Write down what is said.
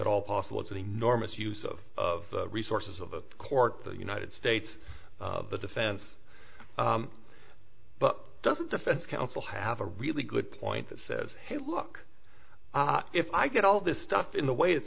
at all possible it's an enormous use of resources of the court the united states the defense but doesn't defense counsel have a really good point that says hey look if i get all this stuff in the way it's